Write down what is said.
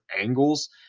angles